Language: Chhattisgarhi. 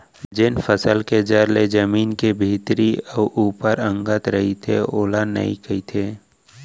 जेन फसल के जर ले जमीन के भीतरी अउ ऊपर अंगत रइथे ओला नइई कथें